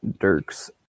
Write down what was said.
Dirks